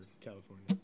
California